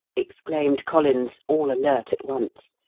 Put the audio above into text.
exclaimed collins, all alert at once.